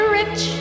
rich